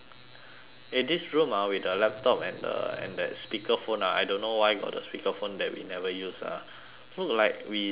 eh this room ah with the laptop and the and that speaker phone ah I don't know why got the speaker phone that we never use ah look like we singing eh